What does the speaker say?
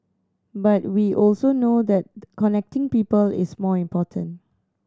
but we also know that connecting people is more important